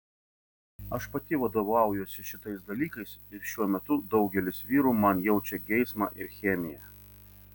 aš pati vadovaujuosi šitais dalykais ir šiuo metu daugelis vyrų man jaučia geismą ir chemiją